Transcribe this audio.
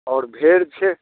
आओर भेड़ छै